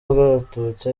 abatutsi